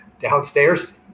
downstairs